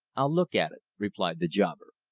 i'll look at it, replied the jobber.